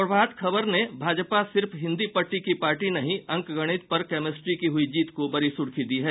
प्रभात खबर ने भाजपा सिर्फ हिन्दी पट्टी की पार्टी नहीं अंक गणित पर कैमेस्ट्री की हुई जीत को बड़ी सुर्खी दी है